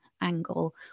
angle